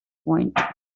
point